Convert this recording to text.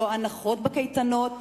לא הנחות בקייטנות,